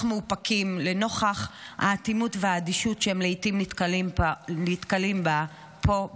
מאופקים לנוכח האטימות והאדישות שהם לעיתים נתקלים בה פה,